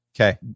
Okay